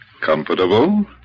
Comfortable